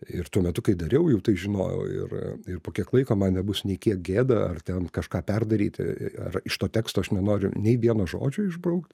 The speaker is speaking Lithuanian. ir tuo metu kai dariau jau tai žinojau ir ir po kiek laiko man nebus nei kiek gėda ar ten kažką perdaryti ar iš to teksto aš nenoriu nei vieno žodžio išbraukt